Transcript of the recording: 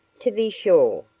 to be sure,